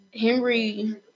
Henry